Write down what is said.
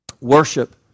worship